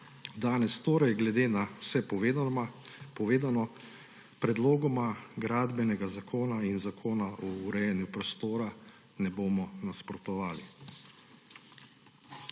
Danes torej glede na vse povedano predlogoma gradbenega zakona in zakona o urejanju prostora ne bomo nasprotovali.